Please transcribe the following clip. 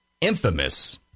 infamous